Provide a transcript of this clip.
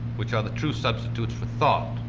which are the true substitutes for thought.